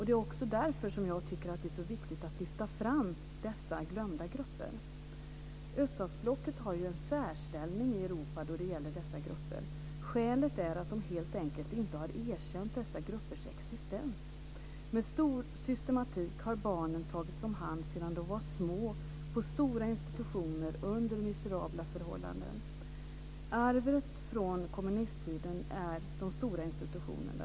Det är också därför som jag tycker att det är så viktigt att lyfta fram dessa glömda grupper. Öststatsblocket har ju en särställning i Europa då det gäller dessa grupper. Skälet är att de helt enkelt inte har erkänt dessa gruppers existens. Med stor systematik har barnen tagits om hand sedan de var små på stora institutioner under miserabla förhållanden. Arvet från kommunisttiden är de stora institutionerna.